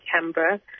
Canberra